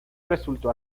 resultó